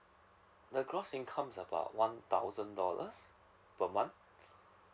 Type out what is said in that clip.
the gross income about one thousand dollars per month